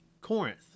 Corinth